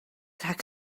rhag